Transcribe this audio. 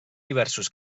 diversos